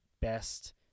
best